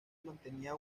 mantenía